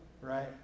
right